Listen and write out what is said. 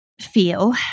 feel